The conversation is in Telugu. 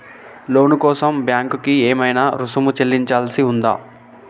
లోను కోసం బ్యాంక్ కి ఏమైనా రుసుము చెల్లించాల్సి ఉందా?